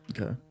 Okay